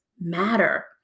matter